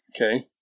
Okay